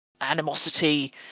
animosity